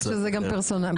כשזה גם פרסונלי.